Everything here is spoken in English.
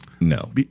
No